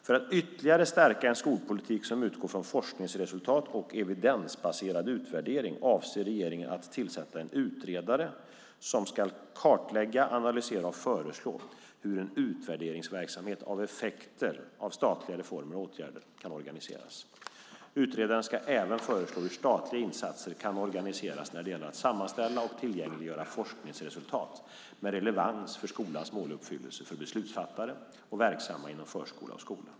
För att ytterligare stärka en skolpolitik som utgår från forskningsresultat och evidensbaserad utvärdering avser regeringen att tillsätta en utredare som ska kartlägga, analysera och föreslå hur en utvärderingsverksamhet av effekter av statliga reformer och åtgärder kan organiseras. Utredaren ska även föreslå hur statliga insatser kan organiseras när det gäller att sammanställa och tillgängliggöra forskningsresultat med relevans för skolans måluppfyllelse för beslutsfattare och verksamma inom förskola och skola.